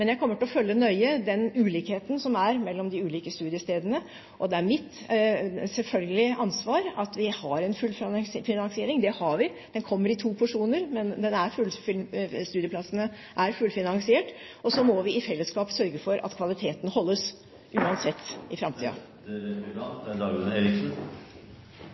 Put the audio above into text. jeg kommer til å følge nøye den ulikheten som er mellom de ulike studiestedene. Det er selvfølgelig mitt ansvar at vi har en fullfinansiering – det har vi, den kommer i to porsjoner – studieplassene er fullfinansiert. Og så må vi i felleskap sørge for at kvaliteten uansett holdes i